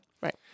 Right